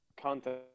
content